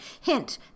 Hint